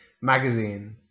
Magazine